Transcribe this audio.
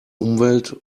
umwelt